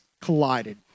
collided